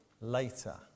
later